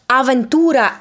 avventura